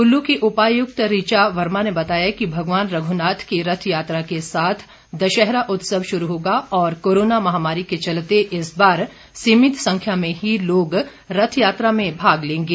कुल्लू की उपायुक्त ऋचा वर्मा ने बताया कि भगवान रघुनाथ की रथ यात्रा के साथ दशहरा उत्सव शुरू होगा और कोरोना महामारी के चलते इस बार सीमित संख्या में ही लोग रथ यात्रा में भाग लेंगे